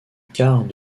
quart